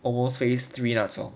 almost phase three 那种